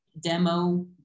demo